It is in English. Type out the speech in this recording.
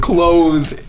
Closed